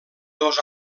dos